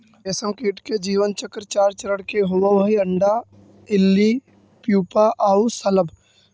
रेशमकीट के जीवन चक्र चार चरण के होवऽ हइ, अण्डा, इल्ली, प्यूपा आउ शलभ